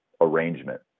arrangement